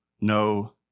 No